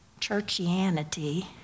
Churchianity